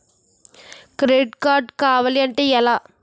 Credit card కావాలి అంటే ఎలా?